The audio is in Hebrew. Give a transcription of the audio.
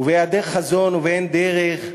ובהיעדר חזון ובאין דרך,